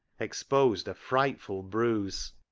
exposed a frightful bruise.